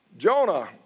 Jonah